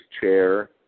chair